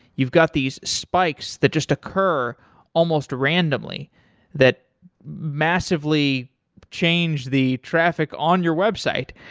you've got these spikes that just occur almost randomly that massively change the traffic on your website.